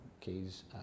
case